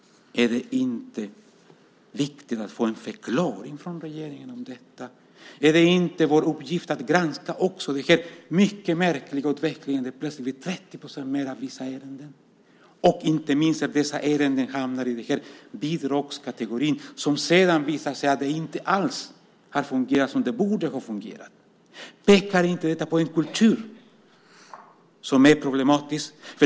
Är det inte viktigt att få en förklaring från regeringen om detta? Är det inte vår uppgift att också granska den här mycket märkliga utvecklingen där det plötsligt blir en 30-procentig ökning av vissa ärenden och inte minst att dessa ärenden hamnar i bidragskategorin och det sedan visar sig inte alls ha fungerat som det borde ha fungerat? Pekar inte detta på en kultur som är problematisk?